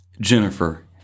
Jennifer